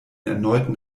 erneuten